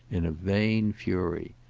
in a vain fury.